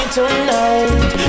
tonight